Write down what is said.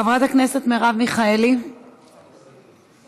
חברת הכנסת מרב מיכאלי, בבקשה.